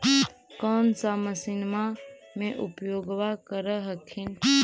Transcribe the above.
कौन सा मसिन्मा मे उपयोग्बा कर हखिन?